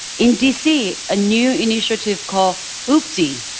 in dc, a new initiative called ubdi,